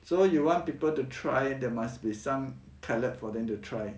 so you want people to try there must be some coloured for them to try